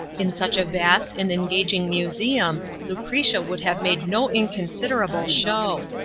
in such a vast and engaging museum lucretia would have made no inconsiderable show.